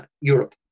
Europe